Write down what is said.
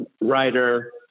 writer